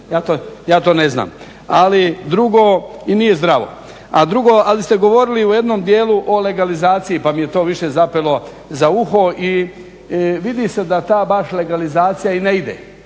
ja to ne znam. Ali dugo i nije zdravo. A drugo, ali ste govorili u jednom dijelu o legalizaciji, pa mi je to više zapelo za uho i vidi se da ta baš legalizacija i ne ide.